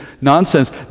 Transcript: nonsense